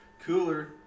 cooler